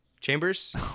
Chambers